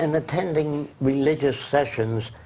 and attending religious sessions,